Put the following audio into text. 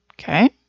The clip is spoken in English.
Okay